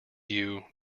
view